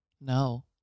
No